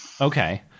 Okay